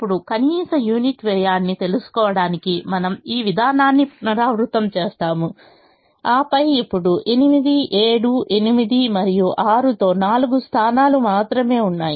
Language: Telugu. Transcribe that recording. ఇప్పుడు కనీస యూనిట్ వ్యయాన్ని తెలుసుకోవడానికి మనము ఈ విధానాన్ని పునరావృతం చేస్తాము ఆపై ఇప్పుడు 8 7 8 మరియు 6 తో నాలుగు స్థానాలు మాత్రమే ఉన్నాయి